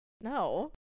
No